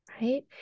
Right